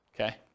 okay